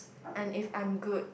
and if I'm good